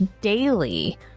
daily